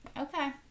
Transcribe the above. Okay